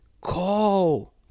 call